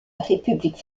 république